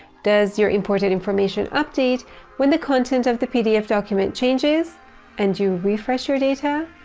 does your important information update when the content of the pdf document changes and you refresh your data?